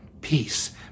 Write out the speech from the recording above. peace